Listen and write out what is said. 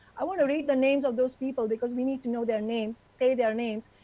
i want to read the names of those people, because we need to know their names, say their names.